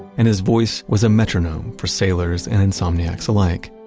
and his voice was a metronome for sailors and insomniacs alike.